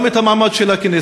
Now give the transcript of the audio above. גם את המעמד של הכנסת,